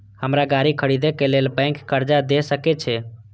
हमरा गाड़ी खरदे के लेल बैंक कर्जा देय सके छे?